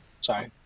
Sorry